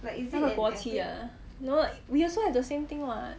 他的国旗啊 no we also have the same thing what